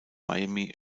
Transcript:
miami